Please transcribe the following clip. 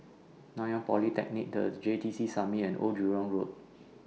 Nanyang Polytechnic The J T C Summit and Old Jurong Road